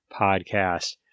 podcast